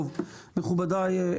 מכובדי,